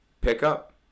pickup